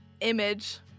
image